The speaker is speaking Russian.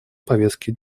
повестки